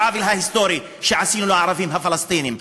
בעוול ההיסטורי שעשינו לערבים הפלסטינים,